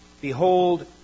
behold